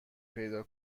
پیدا